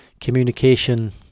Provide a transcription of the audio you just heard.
communication